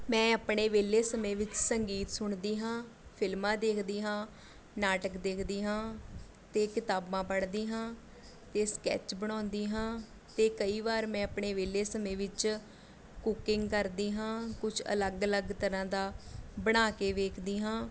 ਮੈਂ ਆਪਣੇ ਵਿਹਲੇ ਸਮੇਂ ਵਿੱਚ ਸੰਗੀਤ ਸੁਣਦੀ ਹਾਂ ਫਿਲਮਾਂ ਦੇਖਦੀ ਹਾਂ ਨਾਟਕ ਦੇਖਦੀ ਹਾਂ ਅਤੇ ਕਿਤਾਬਾਂ ਪੜ੍ਹਦੀ ਹਾਂ ਅਤੇ ਸਕੈੱਚ ਬਣਾਉਂਦੀ ਹਾਂ ਅਤੇ ਕਈ ਵਾਰ ਮੈਂ ਆਪਣੇ ਵਿਹਲੇ ਸਮੇਂ ਵਿੱਚ ਕੁਕਿੰਗ ਕਰਦੀ ਹਾਂ ਕੁਛ ਅਲੱਗ ਅਲੱਗ ਤਰ੍ਹਾਂ ਦਾ ਬਣਾ ਕੇ ਵੇਖਦੀ ਹਾਂ